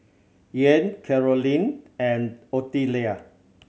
Ian Carolynn and Ottilia